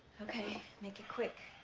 ok, make it quick.